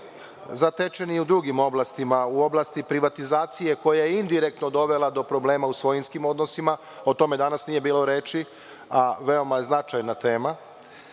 zatečen i u drugim oblastima, u oblasti privatizacije koja je indirektno dovela do problema u svojinskim odnosima, o tome danas nije bilo reči, a veoma je značajna tema.